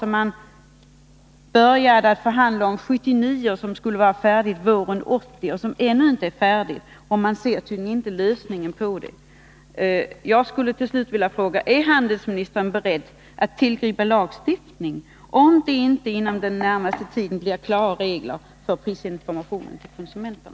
Man började förhandla om den här frågan 1979, och förhandlingarna skulle vara färdiga våren 1980. De är ännu inte färdiga, och man ser tydligen inte lösningen på problemen.